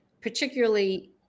Particularly